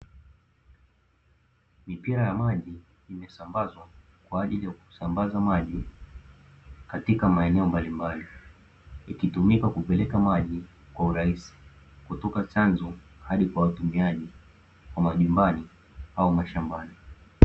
Mipira ya maji imesambazwa kwa ajili ya kusambaza maji katika maeneo mbalimbali. Ikitumika kupeleka maji kwa urahisi kutoka kwenye chanzo, hadi kwa watumiaji wa majumbani au mashambani.